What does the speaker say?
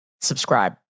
subscribe